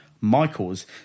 Michaels